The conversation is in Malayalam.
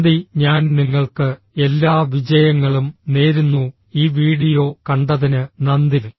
നന്ദി ഞാൻ നിങ്ങൾക്ക് എല്ലാ വിജയങ്ങളും നേരുന്നു ഈ വീഡിയോ കണ്ടതിന് നന്ദി